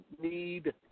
need